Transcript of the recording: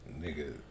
nigga